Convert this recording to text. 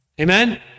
Amen